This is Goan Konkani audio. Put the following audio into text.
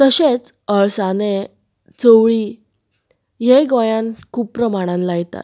तशेंच अळसाणे चवळी हेय गोंयान खूब प्रमाणान लायतात